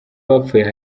bapfuye